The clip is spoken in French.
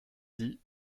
dit